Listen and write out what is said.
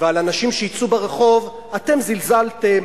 ועל אנשים שיצאו לרחוב, אתם זלזלתם.